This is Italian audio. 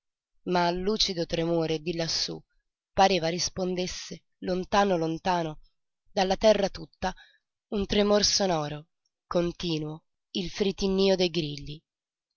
ma al lucido tremore di lassú pareva rispondesse lontano lontano dalla terra tutta un tremor sonoro continuo il fritinnío dei grilli